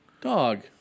Dog